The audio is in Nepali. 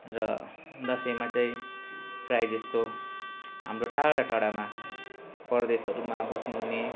र दसैँमा चाहिँ प्रायः जस्तो हाम्रो टाडा टाडामा प्रदेशहरूमा बस्नु हुने